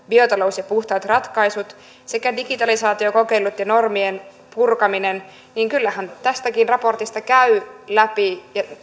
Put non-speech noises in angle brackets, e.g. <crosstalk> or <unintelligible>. <unintelligible> biotalous ja puhtaat ratkaisut sekä digitalisaatiokokeilut ja normien purkaminen kyllähän tästäkin raportista käy ilmi ja